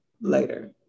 later